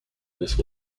this